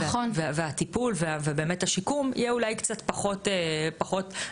והטיפול והשיקום יהיו אולי קצת פחות אקוטיים,